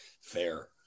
Fair